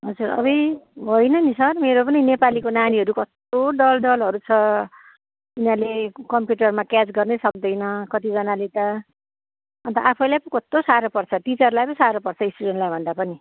हजुर अबुइ होइन नि सर मेरो पनि नेपालीको नानीहरू कस्तो डल डलहरू छ तिनीहरूले कम्प्युटरमा क्याच गर्नै सक्दैन कतिजनाले त अन्त आफैलाई पो कस्तो साह्रो पर्छ टिचरलाई पो साह्रो पर्छ स्टुडेन्टलाई भन्दा पनि